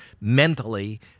mentally